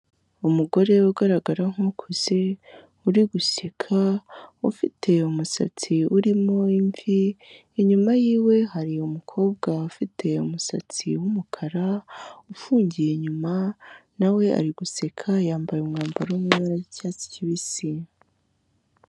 Umugore ugaragara nk'ukuze, uri guseka, ufite umusatsi urimo imvi, inyuma yiwe hari umukobwa ufite umusatsi w'umukara ufungiye inyuma, na we ari guseka yambaye umwambaro wo mu ibara ry'icyatsi kibisi.